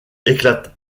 éclate